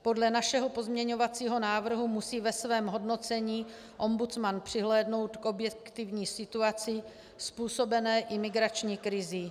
Podle našeho pozměňovacího návrhu musí ve svém hodnocení ombudsman přihlédnout k objektivní situaci způsobené imigrační krizí.